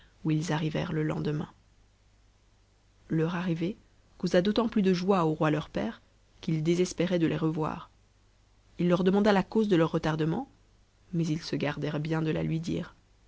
où ils arrivèrent le lendemain leur arrivée causa d'autant plus de joie au roi leur père qu'il désespérait de les revoir ii leur demanda la cause de leur retardement mais s se gardèrent bien de la lui dire